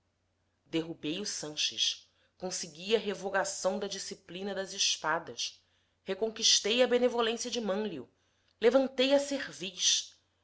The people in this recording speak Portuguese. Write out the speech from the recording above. derrubei o sanches consegui revogação da disciplina das espadas reconquistei a benevolência de mânlio levantei a cerviz